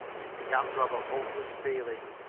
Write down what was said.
he began to have a hopeless feeling,